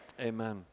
amen